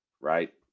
Right